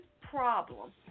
problem